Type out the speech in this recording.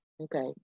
Okay